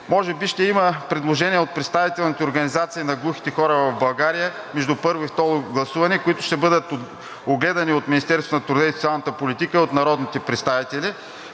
Може би ще има предложение от представителните организации на глухите хора в България между първо и второ гласуване, които ще бъдат огледани от Министерството на труда и социалната политика, от народните представители,